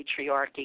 patriarchy